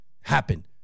happen